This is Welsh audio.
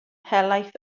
helaeth